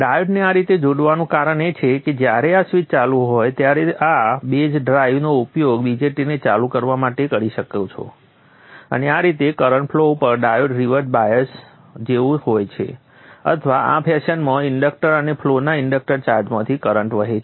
ડાયોડને આ રીતે જોડવાનું કારણ એ છે કે જ્યારે આ સ્વીચ ચાલુ હોય ત્યારે તમે આ બેઝ ડ્રાઇવ નો ઉપયોગ BJTને ચાલુ કરવા માટે કરી શકો છો અને આ રીતે કરંટ ફ્લો ઉપર ડાયોડ રિવર્સ્ડ બાયસ્ડ જેવુ હોય છે અથવા આ ફેશનમાં ઇન્ડક્ટર અને ફ્લોના ઇન્ડક્ટર ચાર્જમાંથી કરંટ વહે છે